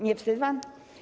Nie wstyd wam?